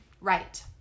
Right